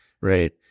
right